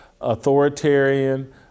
authoritarian